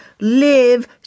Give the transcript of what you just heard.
live